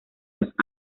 los